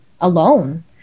alone